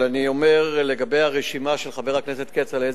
אבל אני אומר לגבי הרשימה של חבר הכנסת כצל'ה,